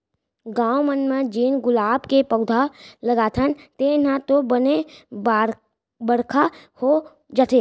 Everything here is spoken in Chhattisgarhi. गॉव मन म जेन गुलाब के पउधा लगाथन तेन ह तो बने बड़का हो जाथे